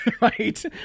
Right